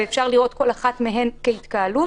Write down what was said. ואפשר לראות כל אחת מהן כהתקהלות,